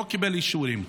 לא קיבל אישורים.